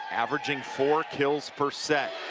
averaging four kills per set.